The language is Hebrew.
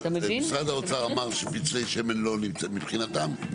משרד האוצר אמר שפצלי שמן לא נמצאים מבחינתם,